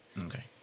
Okay